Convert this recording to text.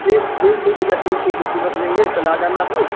ठी ठीक ठीक भैया ठीक ठीक बिल्कुल रख लेंगे कल आ जाना फिर